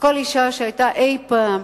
וכל אשה שהיתה אי-פעם,